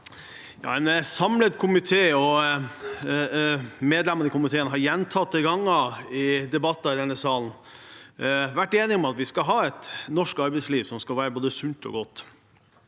En samlet komité og medlemmene i komiteen har gjentatte ganger i debatter i denne salen vært enige om at vi skal ha et norsk arbeidsliv som skal være både sunt og godt.